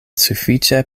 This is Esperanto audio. sufiĉe